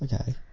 Okay